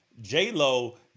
J-Lo